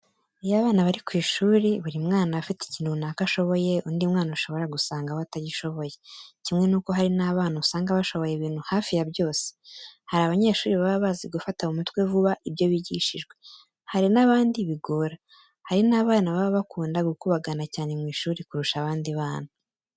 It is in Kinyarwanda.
Iyo abana bari ku ishuri buri mwana aba afite ikintu runaka ashoboye, undi mwana ushobora gusanga we atagishoboye, kimwe n'uko hari n'abana usanga bashoboye ibintu hafi ya byose. Hari abanyeshuri baba bazi gufata mu mutwe vuba ibyo bigishwije, hari n'abandi bigora, hari n'abana baba bakunda gukubagana cyane mu ishuri kurusha abandi bana.